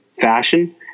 fashion